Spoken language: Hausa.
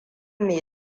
me